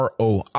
ROI